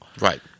Right